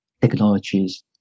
technologies